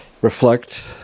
reflect